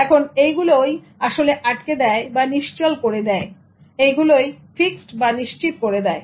এখন এইগুলো আসলে আটকে দেয় বা নিশ্চল করে দেয় এইগুলো ফিক্সড বা নিশ্চিত করে দেয়